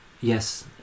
yes